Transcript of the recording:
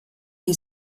die